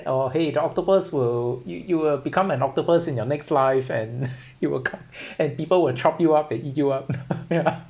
or !hey! the octopus will you you will become an octopus in your next life and you're caught and people will chop you up and eat you up yeah